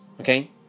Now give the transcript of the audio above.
Okay